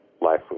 life